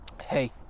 Hey